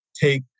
take